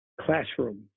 classroom